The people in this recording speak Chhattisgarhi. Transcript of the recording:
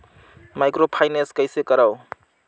माइक्रोफाइनेंस कइसे करव?